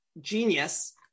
genius